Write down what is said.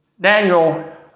Daniel